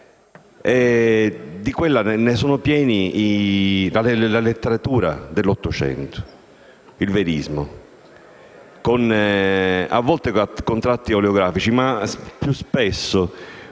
e così aspro, è piena la letteratura dell'Ottocento, il Verismo, a volte con tratti oleografici, ma più spesso